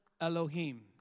Elohim